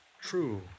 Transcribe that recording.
true